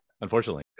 Unfortunately